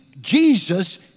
Jesus